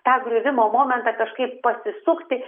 tą griuvimo momentą kažkaip pasisukti